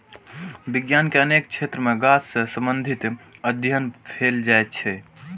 विज्ञान के अनेक क्षेत्र मे गाछ सं संबंधित अध्ययन कैल जाइ छै